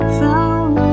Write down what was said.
found